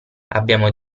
abbiamo